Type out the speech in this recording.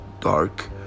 Dark